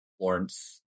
Lawrence